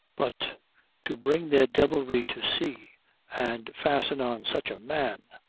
but to bring their devilry to sea and fasten on such a man.